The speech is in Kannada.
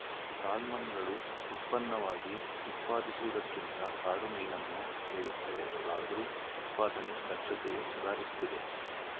ಸಾಲ್ಮನ್ಗಳು ಉತ್ಪನ್ನವಾಗಿ ಉತ್ಪಾದಿಸುವುದಕ್ಕಿಂತ ಕಾಡು ಮೀನನ್ನು ಸೇವಿಸ್ತವೆ ಆದ್ರೂ ಉತ್ಪಾದನೆ ದಕ್ಷತೆಯು ಸುಧಾರಿಸ್ತಿದೆ